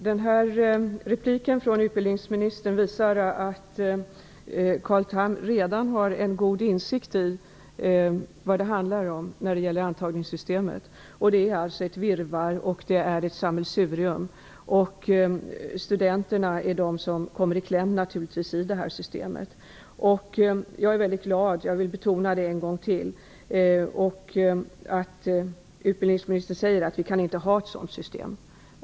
Fru talman! Inlägget från utbildningsministern visar att Carl Tham redan har en god insikt i vad det handlar om när det gäller antagningssystemet. Det är alltså fråga om ett virrvarr och ett sammelsurium. Studenterna är naturligtvis de som kommer i kläm i det här systemet. Jag vill betona en gång till att jag är glad för att utbildningsministern säger att vi inte kan ha ett sådant system.